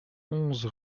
onze